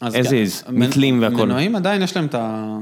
אז איז, מיתלים והכול. מנועים עדיין יש להם את ה...